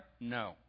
No